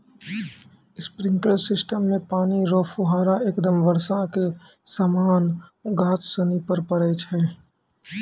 sprinkler system मे पानी रो फुहारा एकदम बर्षा के समान गाछ सनि पर पड़ै छै